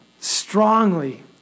strongly